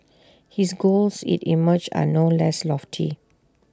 his goals IT emerges are no less lofty